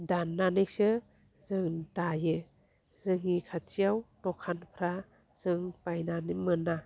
दाननानैसो जों दायो जोंनि खाथियाव दखानफ्रा जों बायनानै मोना